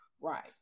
Right